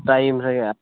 time